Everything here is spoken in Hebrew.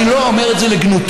אני לא אומר את זה לגנותו.